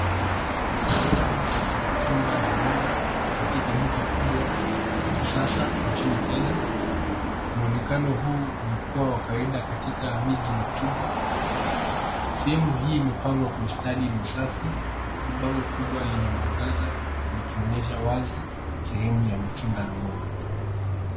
Sehemu ya matunda na mboga katika duka kubwa la kisasa nchini Kenya. Muonekano huu umekuwa wa kawaida katika miji mikubwa. Sehemu hii imepangwa kwa ustadi na usafi huku bango kubwa lenye mwangaza likionyesha wazi sehemu ya matunda na mboga.